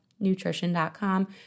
Nutrition.com